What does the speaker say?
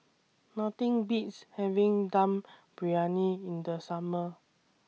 Nothing Beats having Dum Briyani in The Summer